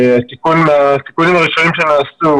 התיקונים הראשונים שנעשו,